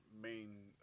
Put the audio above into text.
main